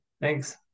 Thanks